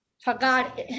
forgot